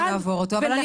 אבל אני